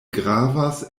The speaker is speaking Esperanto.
gravas